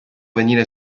venire